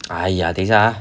!aiya! 等一下 ah